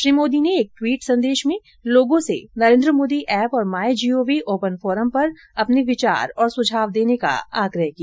श्री मोदी ने एक ट्वीट संदेश में लोगों से नरेन्द्र मोदी ऐप और my G O V open forum पर अपने विचार और सुझाव देने का आग्रह किया